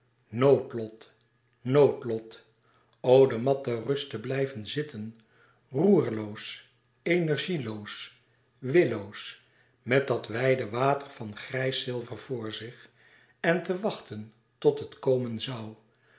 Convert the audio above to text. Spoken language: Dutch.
noodlot noodlot o de matte rust te blijven zitten roerloos energieloos willoos met dat wijde water van grijs zilver vor zich en te wachten tot het komen zoû